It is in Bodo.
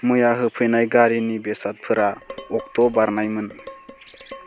मैया होफैनाय गारिनि बेसादफोरा अक्ट' बारनायमोन